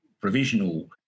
provisional